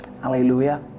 Hallelujah